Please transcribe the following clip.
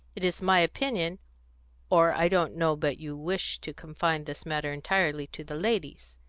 it is my opinion or i don't know but you wish to confine this matter entirely to the ladies?